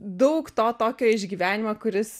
daug to tokio išgyvenimo kuris